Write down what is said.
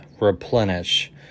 Replenish